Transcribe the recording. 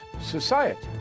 society